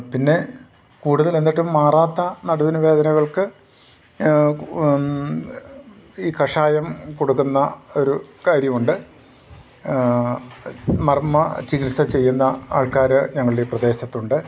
പിന്നെ കൂടുതൽ എന്നിട്ടും മാറാത്ത നടുവിന് വേദനകൾക്ക് ഈ കഷായം കൊടുക്കുന്ന ഒരു കാര്യമുണ്ട് മർമ്മ ചികിത്സ ചെയ്യുന്ന ആൾക്കാർ ഞങ്ങളുടെ ഈ പ്രദേശത്തുണ്ട്